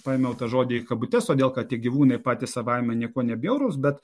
paėmiau tą žodį į kabutes todėl kad gyvūnai patys savaime nieko nebjaurus bet